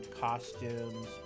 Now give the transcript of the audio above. costumes